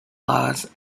laws